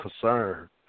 concern